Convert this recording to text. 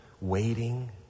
waiting